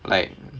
like